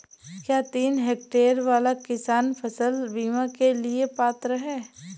क्या तीन हेक्टेयर वाला किसान फसल बीमा के लिए पात्र हैं?